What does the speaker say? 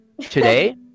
today